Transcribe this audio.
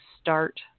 start